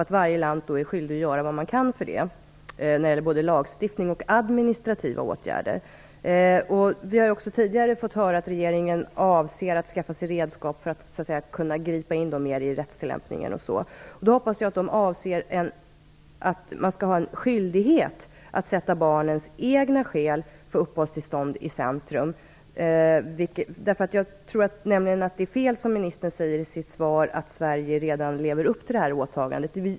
Varje land är skyldigt att göra vad det kan för att uppfylla det både när det gäller lagstiftning och administrativa åtgärder. Vi har också tidigare fått höra att regeringen avser att skaffa sig redskap för att kunna gripa in mer i rättstillämpningen osv. Jag hoppas att man avser att man skall ha en skyldighet att sätta barnens egna skäl för uppehållstillstånd i centrum. Jag tror nämligen att det är fel som ministern säger i sitt svar att Sverige redan lever upp till det här åtagandet.